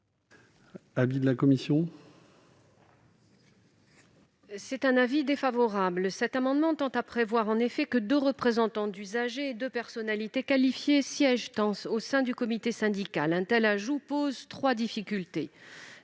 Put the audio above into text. est l'avis de la commission ? Cet amendement tend à prévoir en effet que deux représentants d'usagers et deux personnalités qualifiées siègent au sein du comité syndical. Or un tel ajout pose trois difficultés.